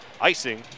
icing